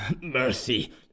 mercy